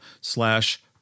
slash